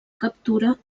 captura